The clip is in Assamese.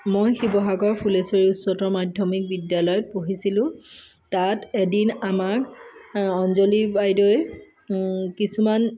মই শিৱসাগৰ ফুলেশ্বৰী উচ্চতৰ মাধ্যমিক বিদ্যালয়ত পঢ়িছিলো তাত এদিন আমাক অঞ্জলী বইদেৱে কিছুমান